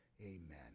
Amen